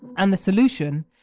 and the solution,